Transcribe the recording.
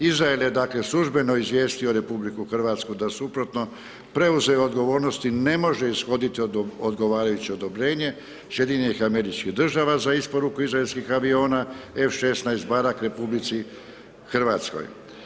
Izrael je dakle, službeno izvijestio RH da suprotno preuze odgovornosti, ne može ishoditi odgovarajuće odobrenje SAD za isporuku izraelskih aviona F16, barak Republici Hrvatskoj.